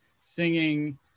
singing